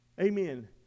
Amen